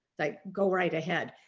like go right ahead.